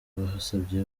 basabye